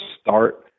start